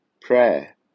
Prayer